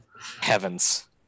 Heavens